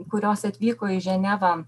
kurios atvyko į ženevą